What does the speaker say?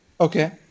Okay